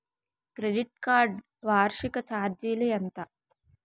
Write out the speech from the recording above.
Credit card వార్షిక ఛార్జీలు ఎంత?